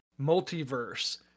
multiverse